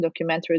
documentaries